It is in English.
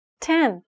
ten